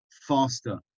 faster